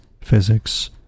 physics